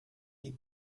die